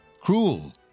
cruel